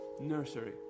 nursery